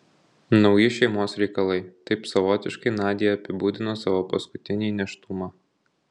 nauji šeimos reikalai taip savotiškai nadia apibūdino savo paskutinį nėštumą